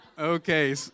Okay